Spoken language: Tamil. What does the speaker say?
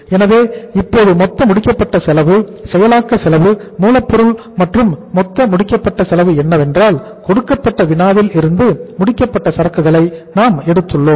எனவே இப்போது மொத்த முடிக்கப்பட்ட செலவு செயலாக்க செலவு மூலப்பொருள் மற்றும் மொத்த முடிக்கப்பட்ட செலவு என்னவென்றால் கொடுக்கப்பட்ட வினாவில் இருந்து முடிக்கப்பட்ட சரக்குகளை நாம் எடுத்துள்ளோம்